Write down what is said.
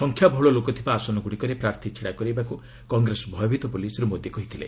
ସଂଖ୍ୟାବହୁଳ ଲୋକଥିବା ଆସନଗୁଡିକରେ ପ୍ରାର୍ଥୀ ଛିଡା କରାଇବାକୁ କଂଗ୍ରେସ ଭୟଭୀତ ବୋଲି ଶ୍ରୀ ମୋଦି କହିଥିଲେ